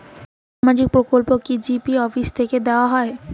সামাজিক প্রকল্প কি জি.পি অফিস থেকে দেওয়া হয়?